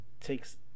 takes